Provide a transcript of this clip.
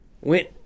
went